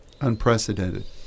Unprecedented